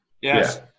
yes